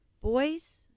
boys